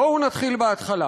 בואו נתחיל בהתחלה,